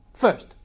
First